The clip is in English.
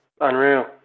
Unreal